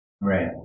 Right